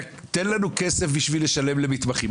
תן לנו כסף בשביל לשלם למתמחים,